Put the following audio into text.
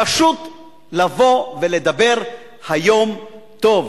פשוט לבוא ולדבר היום טוב.